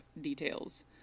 details